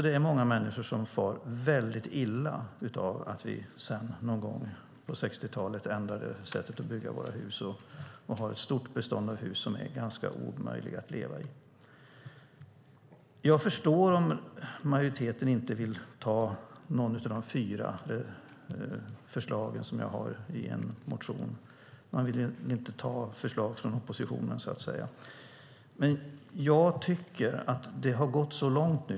Det är många människor som far väldigt illa sedan vi någon gång på 60-talet ändrade sättet att bygga våra hus och har ett stort bestånd av hus som är ganska omöjliga att leva i. Jag förstår om majoriteten inte vill anta något av de fyra förslag som jag har i en motion. Man vill ju inte ta förslag av oppositionen, så att säga. Men jag tycker att det nu har gått så långt.